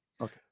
Okay